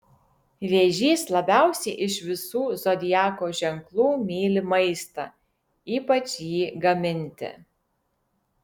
vėžys labiausiai iš visų zodiako ženklų myli maistą ypač jį gaminti